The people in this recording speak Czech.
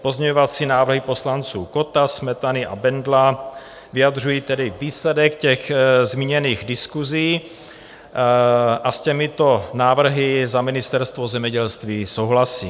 Pozměňovací návrhy poslanců Kotta, Smetany a Bendla vyjadřují výsledek těch zmíněných diskusí, s těmito návrhy za Ministerstvo zemědělství souhlasím.